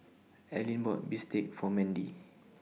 Allyn bought Bistake For Mendy